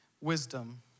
wisdom